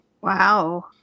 Wow